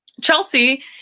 Chelsea